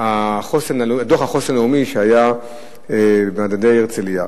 דוח החוסן הלאומי מדדי הרצלייה.